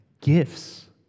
gifts